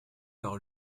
par